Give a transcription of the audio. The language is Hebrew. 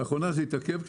לאחרונה זה התעכב קצת.